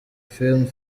film